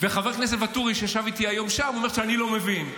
חבר הכנסת ואטורי שישב איתי היום שם אומר שאני לא מבין.